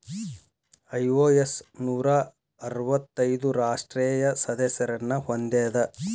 IOS ನೂರಾ ಅರ್ವತ್ತೈದು ರಾಷ್ಟ್ರೇಯ ಸದಸ್ಯರನ್ನ ಹೊಂದೇದ